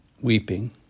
weeping